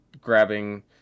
grabbing